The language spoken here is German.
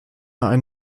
ein